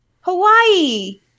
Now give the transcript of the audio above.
Hawaii